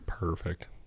Perfect